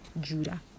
Judah